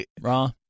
raw